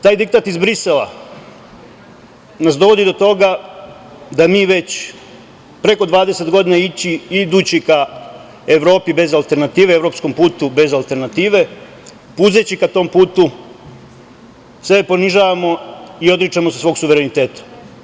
Taj diktat iz Brisela nas dovodi do toga da se mi već preko 20 godina idući ka Evropi bez alternative, evropskom putu bez alternative, puzeći ka tom putu sebe ponižavamo i odričemo se svog suvereniteta.